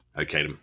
okay